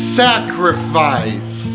sacrifice